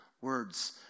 words